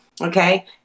Okay